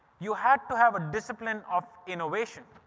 you had to have a discipline of innovation.